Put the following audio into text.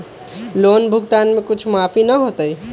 Loan भुगतान में कुछ माफी न होतई?